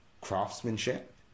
craftsmanship